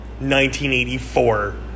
1984